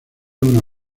una